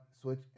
Switch